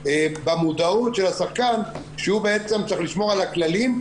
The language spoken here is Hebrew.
במודעות של השחקן שהוא בעצם צריך לשמור על הכללים,